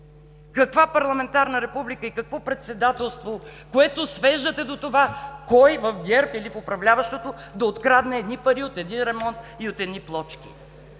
Каква парламентарна република и какво председателство, което свеждате до това кой в ГЕРБ или в управляващото мнозинство да открадне едни пари от един ремонт и от едни плочки?